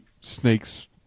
snakes